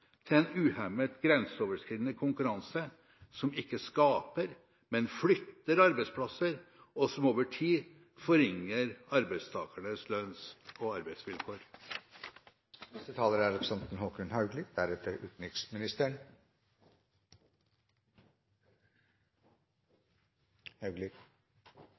til en uhemmet grenseoverskridende konkurranse som ikke skaper, men flytter arbeidsplasser, og som over tid forringer arbeidstakernes lønns- og